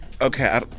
Okay